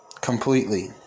Completely